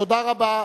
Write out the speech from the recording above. תודה רבה.